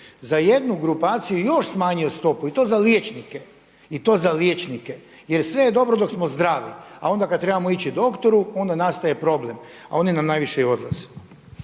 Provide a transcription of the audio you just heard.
za jednu grupaciju još smanjio stopu i to za liječnike jer sve je dobro dok smo zdravi, a onda kada trebamo ići doktoru onda nastaje problem. A oni nam najviše i odlaze.